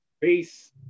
Peace